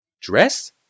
Dress